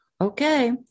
Okay